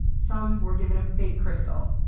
some were given a fake crystal.